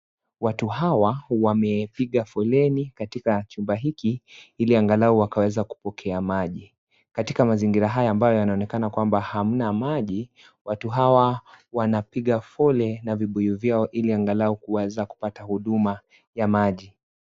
Watu hawa wamepiga foleni katika chumba hiki ili angalau wakaweza kupokea maji, katika mazingira haya ambayo yanaonekana hamna maji, watu hawa wanapiga foleni na vibuyu yao ili angalau wakaweza kupata huduma ya maji.